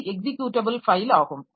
இது executable file ஆகும்